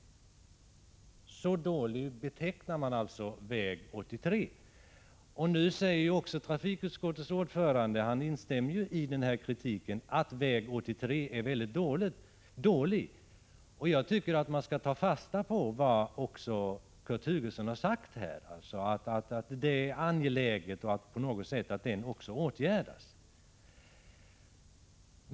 Som så dålig betecknar man alltså väg 83. Trafikutskottets ordförande instämmer ju nu också i den här kritiken — att väg 83 är mycket dålig. Jag tycker att man skall ta fasta på vad Kurt Hugosson har sagt här, nämligen att det är angeläget att denna väg på något sätt åtgärdas.